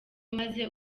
maze